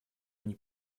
они